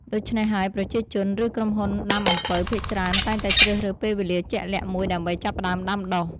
ដូច្នេះហើយ ប្រជាជន ឬក្រុមហ៊ុនដាំអំពៅភាគច្រើនតែងតែជ្រើសរើសពេលវេលាជាក់លាក់មួយដើម្បីចាប់ផ្តើមដាំដុះ។